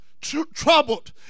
troubled